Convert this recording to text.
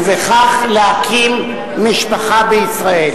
ובכך להקים משפחה בישראל.